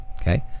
okay